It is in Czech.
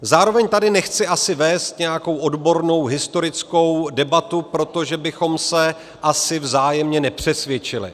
Zároveň tady nechci asi vést nějakou odbornou historickou debatu, protože bychom se asi vzájemně nepřesvědčili.